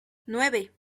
nueve